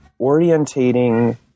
orientating